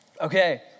Okay